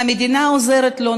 המדינה עוזרת לו,